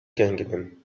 kingdom